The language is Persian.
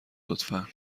لطفا